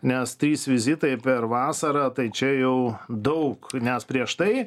nes trys vizitai per vasarą tai čia jau daug nes prieš tai